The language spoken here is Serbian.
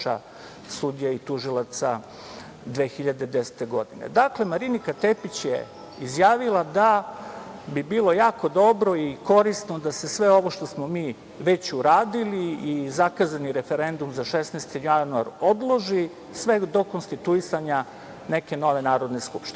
i tužilaca 2010. godine. Dakle, Marinika Tepić je izjavila da bi bilo jako dobro i korisno da se sve ovo što smo mi već uradili i zakazani referendum za 16. januar odloži, sve do konstituisanja neke nove Narodne skupštine.